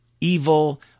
evil